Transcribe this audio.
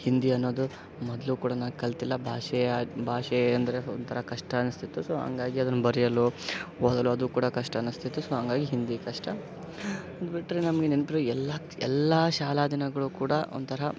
ಹಿಂದಿ ಅನ್ನೋದು ಮೊದಲು ಕೂಡ ನಾ ಕಲ್ತಿಲ್ಲ ಭಾಷೆಯ ಭಾಷೆ ಅಂದರೆ ಒಂಥರ ಕಷ್ಟ ಅನಿಸ್ತಿತ್ತು ಸೊ ಹಂಗಾಗಿ ಅದನ್ನು ಬರಿಯಲು ಓದಲು ಅದು ಕೂಡ ಕಷ್ಟ ಅನಿಸ್ತಿತ್ತು ಸೊ ಹಂಗಾಗಿ ಹಿಂದಿ ಕಷ್ಟ ಬಿಟ್ಟರೆ ನಮಗೆ ನೆನ್ಪಿರೊ ಎಲ್ಲಾ ಎಲ್ಲಾ ಶಾಲಾ ದಿನಗಳು ಕೂಡ ಒಂಥರ